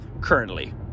currently